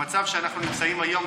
במצב שאנחנו נמצאים היום,